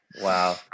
Wow